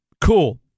Cool